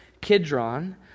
Kidron